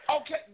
Okay